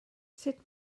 sut